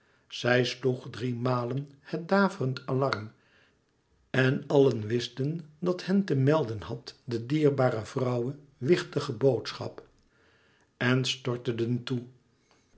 zij sloeg drie malen het daverend alarm en allen wisten dat hen te melden had de dierbare vrouwe wichtige boodschap en storteden toe